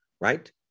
right